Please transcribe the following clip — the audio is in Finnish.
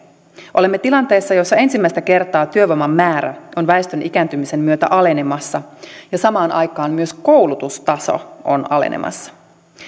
olemme tilanteessa jossa ensimmäistä kertaa työvoiman määrä on väestön ikääntymisen myötä alenemassa ja samaan aikaan myös koulutustaso on alenemassa